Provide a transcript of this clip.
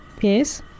Yes